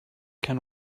can